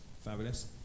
Fabulous